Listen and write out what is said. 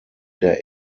der